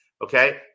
Okay